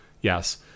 Yes